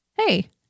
hey